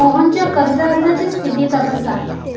मोहनच्या कर्ज अर्जाची स्थिती तपासा